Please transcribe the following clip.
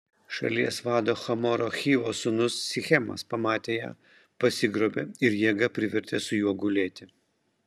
šalies vado hamoro hivo sūnus sichemas pamatė ją pasigrobė ir jėga privertė su juo gulėti